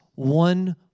One